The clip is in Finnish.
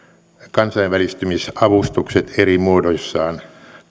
kansainvälistymisavustukset eri muodoissaan